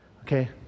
Okay